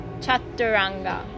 Chaturanga